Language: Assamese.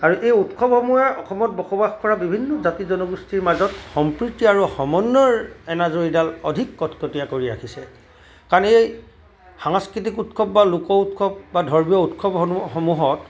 আৰু এই উৎসৱসমূহে অসমত বসবাস কৰা বিভিন্ন জাতি জনগোষ্ঠীৰ মাজত সম্প্ৰীতি আৰু সমন্বয়ৰ এনাজৰীডাল অধিক কটকটীয়া কৰি ৰাখিছে কাৰণ এই সাংস্কৃতিক উৎসৱ বা লোক উৎসৱ বা ধৰ্মীয় উৎসৱসমূহত